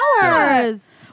hours